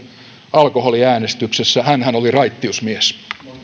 alkoholiäänestyksessä hänhän oli raittiusmies